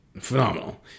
phenomenal